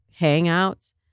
hangouts